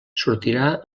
sortirà